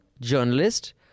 journalist